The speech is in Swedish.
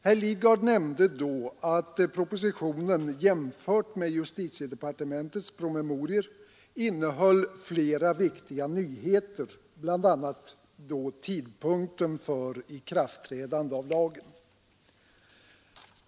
Herr Lidgard nämnde då att propositionen jämfört med justitiedepartementets promemorior innehöll flera viktiga nyheter, bl.a. tidpunkten för lagens ikraftträdande.